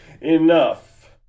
enough